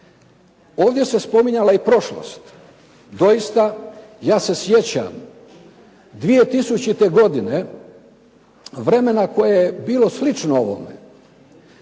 Ovdje se spominjala i prošlost. Doista, ja se sjećam 2000. godine vremena koje je bilo slično ovome,